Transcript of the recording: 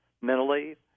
mentally